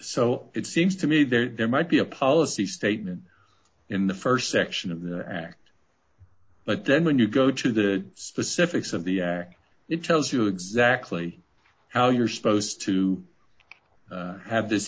so it seems to me that there might be a policy statement in the st section of their act but then when you go to the specifics of the act it tells you exactly how you're supposed to have this